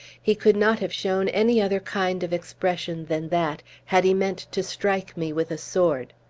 he could not have shown any other kind of expression than that, had he meant to strike me with a sword.